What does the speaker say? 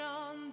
on